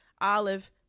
Olive